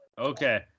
okay